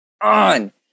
on